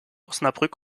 osnabrück